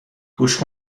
گوش